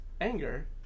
anger